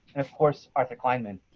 of course, arthur kleinman.